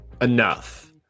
enough